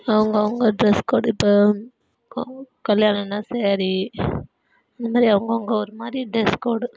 அவங்கவுங்க dress code இப்போ கல்யாணனா சாரீ இந்தமாதிரி அவங்கவுங்க ஒருமாதிரி டிரஸ் கோடு